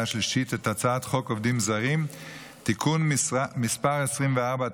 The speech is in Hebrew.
השלישית את הצעת חוק עובדים זרים (תיקון מס' 24),